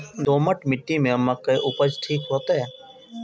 दोमट मिट्टी में मक्के उपज ठीक होते?